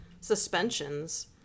suspensions